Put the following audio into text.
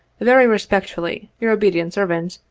very respectfully, your obedient servant,